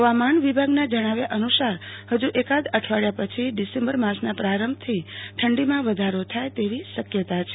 હવામાન વિભાગના જણાવ્યા અનુસાર હજુ એકાદ અઠવાડિયા પછી ડીસેમ્બર માસના પ્રારંભથી ઠંડીમાં વધારો થાય તેવી શક્યતા છે